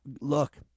look